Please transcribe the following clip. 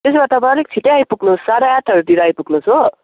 त्यसो भए तपाईँ अलिक छिट्टै आइपुग्नू साढे आठहरूतिर आइपुग्नुहोस् हो